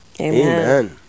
Amen